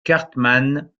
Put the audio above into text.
cartman